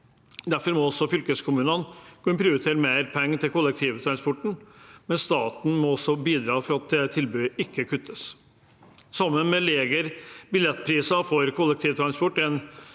hele landet. Fylkeskommunene må kunne prioritere mer penger til kollektivtransporten, men staten må også bidra slik at tilbudet ikke kuttes. Sammen med lavere billettpriser for kollektivtransport,